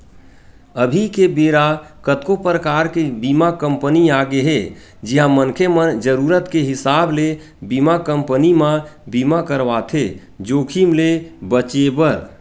अभी के बेरा कतको परकार के बीमा कंपनी आगे हे जिहां मनखे मन जरुरत के हिसाब ले बीमा कंपनी म बीमा करवाथे जोखिम ले बचें बर